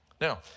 now